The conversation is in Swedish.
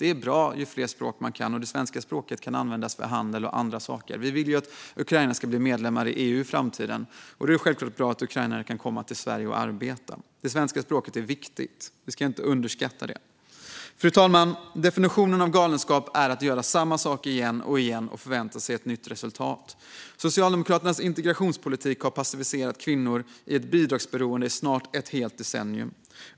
Det är bra ju fler språk man kan, och det svenska språket kan användas för handel och andra saker. Vi vill ju att Ukraina ska bli medlem i EU i framtiden, och då är det självklart att ukrainare kan komma till Sverige och arbeta. Det svenska språket är viktigt. Vi ska inte underskatta det. Fru talman! Definitionen av galenskap är att göra samma sak igen och igen och förvänta sig ett nytt resultat. Socialdemokraternas integrationspolitik har passiviserat kvinnor i ett bidragsberoende i snart ett helt decennium.